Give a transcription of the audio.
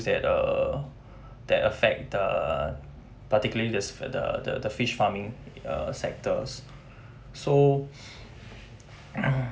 that uh that affect the particularly this the the the fish farming uh sectors so